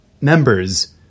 members